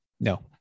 no